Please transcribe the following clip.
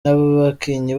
n’abakinnyi